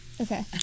okay